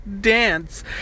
dance